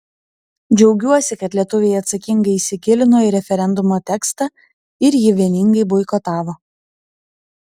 džiaugiuosi kad lietuviai atsakingai įsigilino į referendumo tekstą ir jį vieningai boikotavo